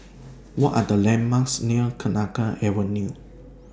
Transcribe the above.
What Are The landmarks near Kenanga Avenue